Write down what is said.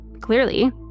Clearly